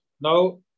Now